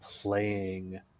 playing